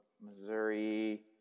Missouri